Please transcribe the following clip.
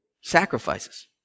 sacrifices